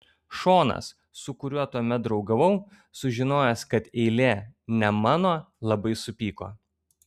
šonas su kuriuo tuomet draugavau sužinojęs kad eilė ne mano labai supyko